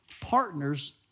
partners